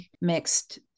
mixed